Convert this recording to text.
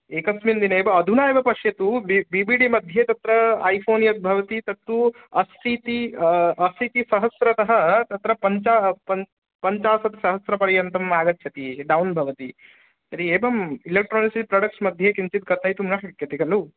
एकस्मिन् दिने एव अधुना एव पश्यतु डि डि बि डि मध्ये तत्र ऐफोन् यत् भवति तत्तु अशीति अशीतिसहस्रतः तत्र पञ्चा पञ्चाशत्सहस्रपर्यन्तम् आगच्छति डौन् भवति तर्हि एवम् इलेक्ट्रानिक्स् प्रोडक्ट्स् मध्ये किञ्चित् कथयितुं न शक्यते खलु